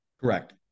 Correct